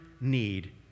need